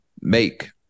make